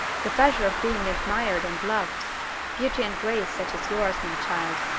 the pleasure of being admired and loved beauty and grace such as yours, my child,